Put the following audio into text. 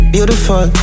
Beautiful